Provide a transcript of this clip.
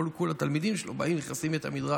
כל התלמידים שלו באים ונכנסים לבית המדרש,